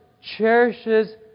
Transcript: cherishes